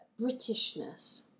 Britishness